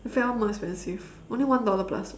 the fat one more expensive only one dollar plus